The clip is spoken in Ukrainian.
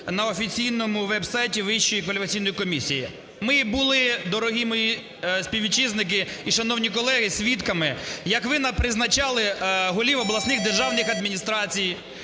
на офіційному веб-сайті Вищої кваліфікаційної комісії. Ми були, дорогі мої співвітчизники і шановні колеги, свідками, як ви нам призначали голів обласних державних адміністрацій